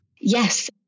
Yes